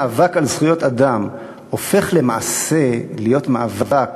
הופך למעשה להיות מאבק